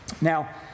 Now